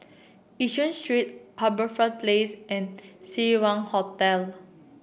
Yishun Street HarbourFront Place and Seng Wah Hotel